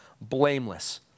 blameless